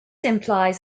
implies